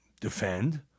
defend